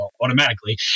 automatically